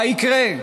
מה יקרה?